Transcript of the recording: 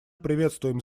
приветствуем